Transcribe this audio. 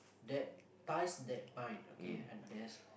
that ties that bind okay and there's